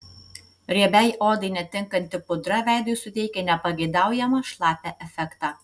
riebiai odai netinkanti pudra veidui suteikia nepageidaujamą šlapią efektą